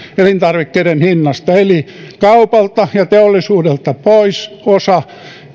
elintarvikkeiden hinnasta eli kaupalta ja teollisuudelta pois osa